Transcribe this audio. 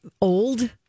old